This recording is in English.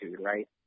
right